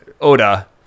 Oda